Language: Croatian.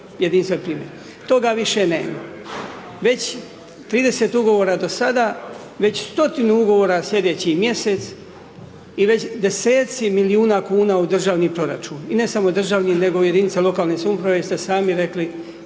.../nerazumljivo/... Toga više nema. Već 30 ugovora do sada, već stotinu ugovora sljedeći mjesec i već deseci milijuna kuna u državni proračun. I ne samo državni, nego i jedinica lokalne samouprave jer ste sami rekli